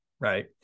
Right